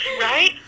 Right